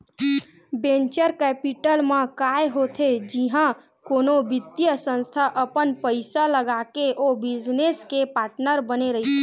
venture capital म काय होथे जिहाँ कोनो बित्तीय संस्था अपन पइसा लगाके ओ बिजनेस के पार्टनर बने रहिथे